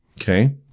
Okay